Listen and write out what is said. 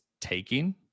taking